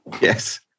Yes